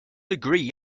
agree